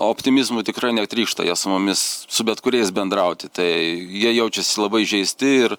optimizmu tikrai netrykšta jie su mumis su bet kuriais bendrauti tai jie jaučiasi labai įžeisti ir